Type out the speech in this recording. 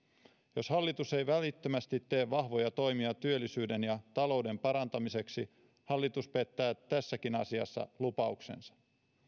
jos hallitus ei välittömästi tee vahvoja toimia työllisyyden ja talouden parantamiseksi hallitus pettää tässäkin asiassa lupauksensa